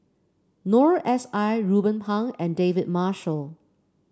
Noor S I Ruben Pang and David Marshall